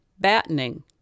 battening